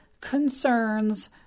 concerns